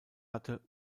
hatte